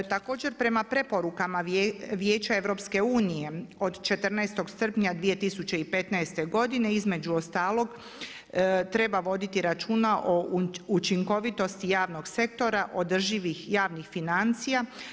Također prema preporukama Vijeća EU od 14. srpnja 2015. godine između ostalog treba voditi računa o učinkovitosti javnog sektora, održivih javnih financija.